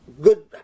good